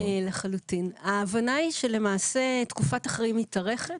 ההבנה היא שלמעשה תקופת החיים מתארכת.